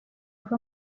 ava